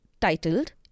titled